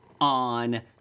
on